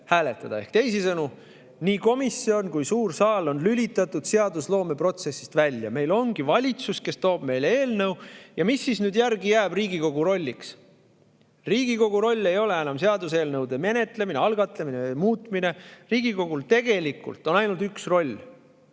hääletada. Teisisõnu, nii komisjon kui ka suur saal on lülitatud seadusloomeprotsessist välja. Meil ongi valitsus, kes toob meile eelnõu. Ja mis siis jääb järgi Riigikogu rolliks? Riigikogu roll ei ole enam seaduseelnõude menetlemine, algatamine või muutmine. Riigikogul on tegelikult ainult üks roll: